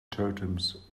totems